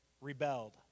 rebelled